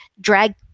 drag